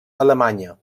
alemanya